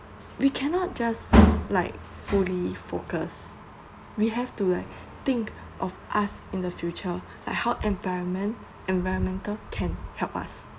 we cannot just like fully focus we have to like think of in the future like how environment environmental can help us